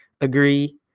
agree